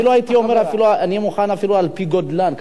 אני מוכן אפילו: על-פי גודלן.